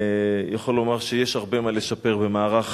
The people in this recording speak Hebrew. יכול לומר שיש הרבה מה לשפר במערך